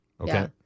Okay